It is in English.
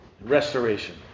restoration